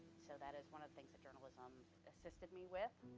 so that is one of the things that journalism assisted me with,